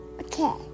Okay